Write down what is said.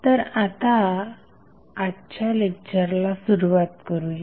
तर आता आजच्या लेक्चरला सुरुवात करूया